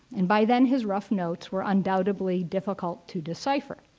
and by then, his rough notes were undoubtedly difficult to decipher.